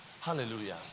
Hallelujah